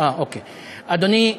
אדוני השר,